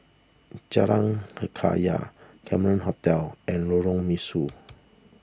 Jalan Hikayat Cameron Hotel and Lorong Mesu